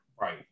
right